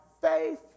faith